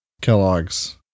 Kellogg's